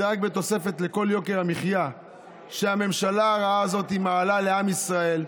זה רק בתוספת לכל יוקר המחיה שהממשלה הרעה הזאת מעלה לעם ישראל.